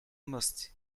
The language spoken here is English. musty